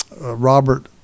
Robert